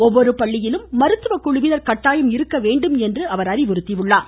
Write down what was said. ஒவ்வொரு பள்ளியிலும் மருத்துவக்குழுவினர் கட்டாயம் இருக்க வேண்டும் என்று அறிவுறுத்தினார்